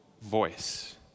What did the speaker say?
voice